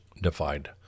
defied